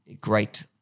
great